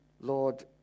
Lord